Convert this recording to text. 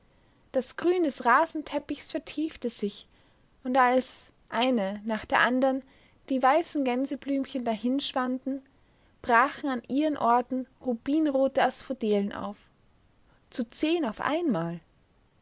das grün des rasenteppichs vertiefte sich und als eine nach der andern die weißen gänseblümchen dahinschwanden brachen an ihren orten rubinrote asphodelen auf zu zehn auf einmal